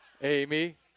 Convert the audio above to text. Amy